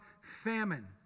famine